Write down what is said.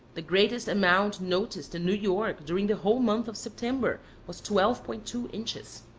the greatest amount noticed in new york during the whole month of september was twelve point two inches.